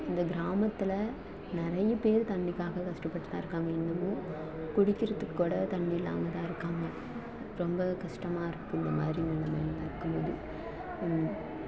இந்த கிராமத்தில் நிறையப் பேர் தண்ணிக்காக கஷ்டப்பட்டு தான் இருக்காங்க இன்னுமும் குடிக்கிறத்துக்குக்கூட தண்ணி இல்லாமல் தான் இருக்காங்க அது ரொம்ப கஷ்டமாக இருக்குது இந்த மாதிரி ஒரு நிலமை இருக்கும் போது